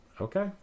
okay